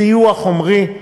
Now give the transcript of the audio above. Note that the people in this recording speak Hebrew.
סיוע חומרי,